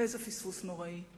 איזה פספוס נוראי.